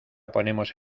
ponemos